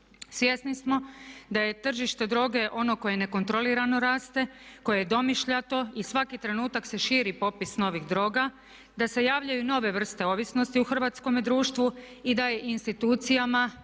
Svjesni smo da je tržište droge ono koje nekontrolirano raste, koje je domišljato i svaki trenutak se širi popis novih droga, da se javljaju nove vrste ovisnosti u hrvatskome društvu i da je institucijama,